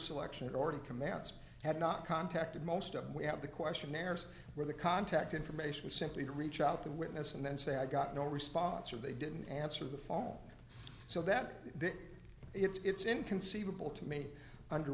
selection already commands had not contacted most of them we have the questionnaires where the contact information simply to reach out the witness and then say i got no response or they didn't answer the phone so that it's inconceivable to me under